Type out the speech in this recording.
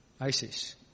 ISIS